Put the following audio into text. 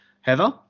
Heather